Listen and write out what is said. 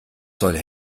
soll